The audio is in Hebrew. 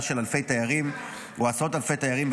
של אלפי תיירים או עשרות אלפי תיירים,